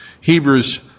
Hebrews